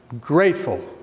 grateful